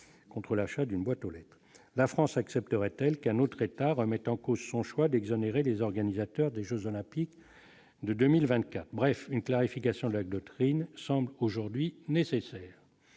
contre l'achat d'une boîte aux lettres, la France accepterait-elle qu'un autre etarra met en cause son choix d'exonérer les organisateurs des Jeux olympiques. De 2024, bref une clarification de la doctrine semble aujourd'hui nécessaire